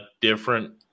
different